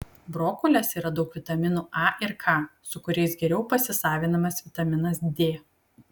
brokoliuose yra daug vitaminų a ir k su kuriais geriau pasisavinamas vitaminas d